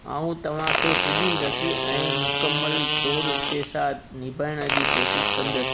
आऊं तव्हांखे पूजींदुसि ऐं मुक़मल तौर ते साथ निभाइण जी कोशिश कंदुसि